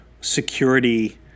security